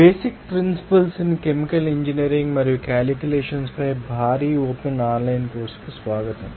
basic principles in chemical engineering మరియు calculations పై భారీ ఓపెన్ ఆన్లైన్ కోర్సుకు స్వాగతం